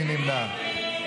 מי נמנע?